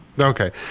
Okay